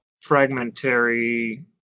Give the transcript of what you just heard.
fragmentary